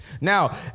Now